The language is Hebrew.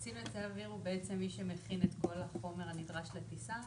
קצין מבצעי אוויר הוא בעצם מי שמכין את כל החומר הנדרש לטיסה,